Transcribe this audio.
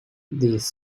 these